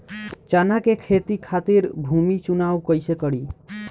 चना के खेती खातिर भूमी चुनाव कईसे करी?